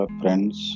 friends